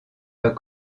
pas